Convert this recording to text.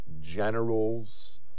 generals